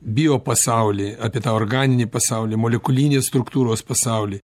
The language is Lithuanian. biopasaulį apie tą organinį pasaulį molekulinės struktūros pasaulį